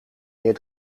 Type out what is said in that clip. meer